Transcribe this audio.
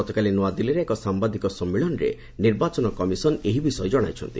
ଗତକାଲି ନୂଆଦିଲ୍ଲୀରେ ଏକ ସାମ୍ବାଦିକ ସମ୍ମିଳନୀରେ ନିର୍ବାଚନ କମିଶନ୍ ଏ ବିଷୟ ଜଣାଇଛନ୍ତି